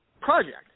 project